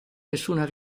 nessuna